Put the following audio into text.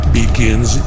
begins